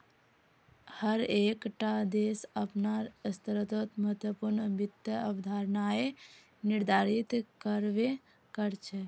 हर एक टा देश अपनार स्तरोंत महत्वपूर्ण वित्त अवधारणाएं निर्धारित कर बे करछे